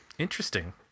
Interesting